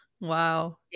Wow